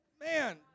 Man